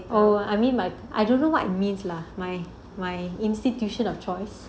oh I mean like I don't know what it means lah my my institution of choice